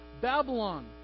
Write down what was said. Babylon